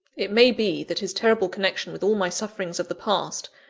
it may be, that his terrible connection with all my sufferings of the past,